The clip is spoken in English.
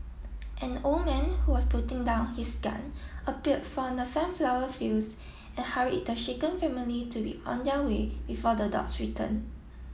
an old man who was putting down his gun appeared from the sunflower fields and hurried the shaken family to be on their way before the dogs return